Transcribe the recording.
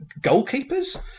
goalkeepers